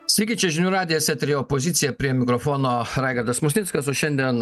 sveiki čia žinių radijas etery opozicija prie mikrofono raigardas musnickas o šiandien